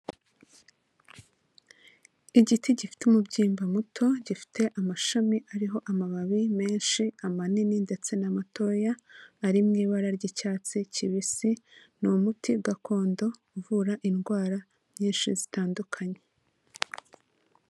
Igiti gifite umubyimba muto, gifite amashami ariho amababi menshi amanini ndetse n'amatoya ari mu ibara ry'icyatsi kibisi, ni umuti gakondo uvura indwara nyinshi zitandukanye.